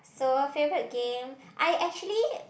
so favourite game I actually